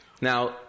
Now